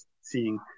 seeing